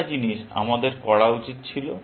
একটা জিনিস আমাদের করা উচিত ছিল